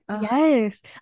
Yes